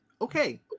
Okay